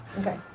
Okay